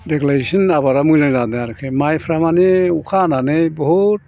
देग्लाय एसे आबादआ मोजां जादों आरो माइफ्रा माने अखा हानानै बहुत